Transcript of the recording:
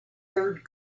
third